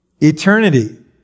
eternity